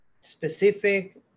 specific